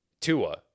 Tua